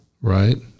Right